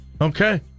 Okay